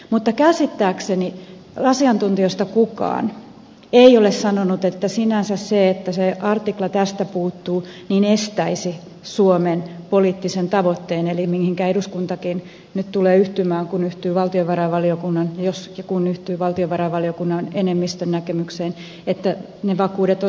mutta käsittääkseni asiantuntijoista kukaan ei ole sanonut että sinänsä se että se artikla tästä puuttuu estäisi suomen poliittisen tavoitteen mihinkä eduskuntakin nyt tulee yhtymään jos ja kun se yhtyy valtiovarainvaliokunnan enemmistön näkemykseen että ne vakuudet on saatava